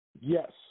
Yes